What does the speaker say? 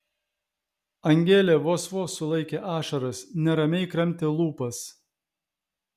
angelė vos vos sulaikė ašaras neramiai kramtė lūpas